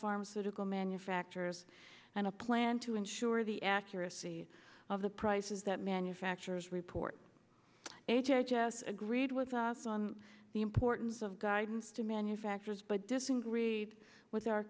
pharmaceutical manufacturers and a plan to ensure the accuracy of the prices that manufacturers report h h s agreed with us on the importance of guidance to manufacturers but dissing greed with our